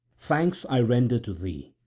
thanks i render to thee,